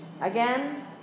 again